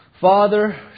Father